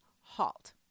halt